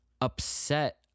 upset